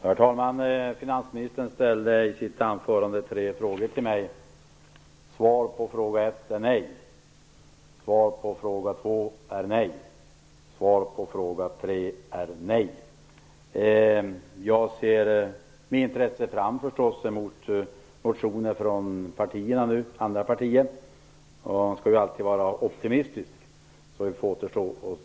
Herr talman! Finansministern ställde i sitt anförande tre frågor till mig. Svar på fråga 1 är nej. Svar på fråga 2 är nej. Svar på fråga 3 är nej. Jag ser med intresse fram mot motioner från andra partier. Man skall ju alltid vara optimistisk.